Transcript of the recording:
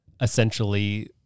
essentially